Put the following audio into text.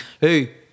hey